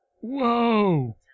Whoa